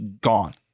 gone